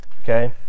Okay